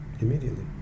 Immediately